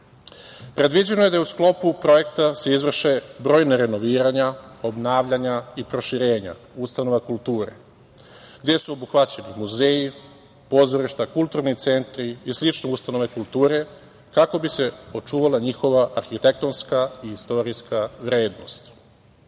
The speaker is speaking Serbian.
medija. Predviđeno je da se u sklopu projekta izvrše brojna renoviranja, obnavljanja i proširenja ustanova kulture, gde su obuhvaćeni muzeji, pozorišta, kulturni centri i slične ustanove kulture, kako bi se očuvala njihova arhitektonska i istorijska vrednost. Jedno